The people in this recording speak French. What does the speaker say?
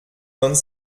vingt